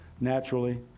naturally